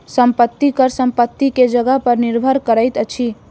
संपत्ति कर संपत्ति के जगह पर निर्भर करैत अछि